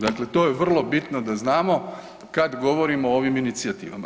Dakle, to je vrlo bitno da znamo kad govorimo o ovim inicijativama.